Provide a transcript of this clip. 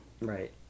Right